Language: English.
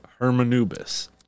Hermanubis